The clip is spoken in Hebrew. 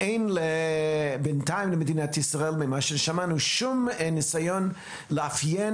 אין למדינת ישראל בינתיים שום ניסיון לאפיין